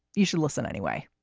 you should listen anyway.